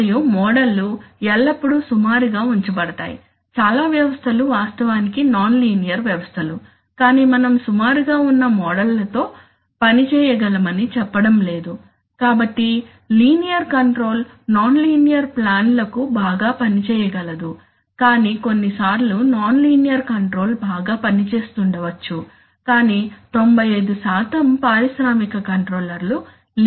మరియు మోడల్ లు ఎల్లప్పుడూ సుమారుగా ఉంచబడతాయి చాలా వ్యవస్థలు వాస్తవానికి నాన్ లీనియర్ వ్యవస్థలు కాని మనం సుమారుగా ఉన్న మోడల్ లతో పని చేయగలమని చెప్పడం లేదు కాబట్టి లీనియర్ కంట్రోల్ నాన్ లీనియర్ ప్లాన్లకు బాగా పనిచేయగలదు కాని కొన్నిసార్లు నాన్ లీనియర్ కంట్రోల్ బాగా పనిచేస్తుండవచ్చు కాని 95 పారిశ్రామిక కంట్రోలర్లు లీనియర్ గా ఉంటాయి